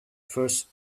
first